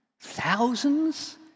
thousands